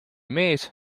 mees